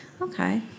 Okay